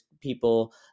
people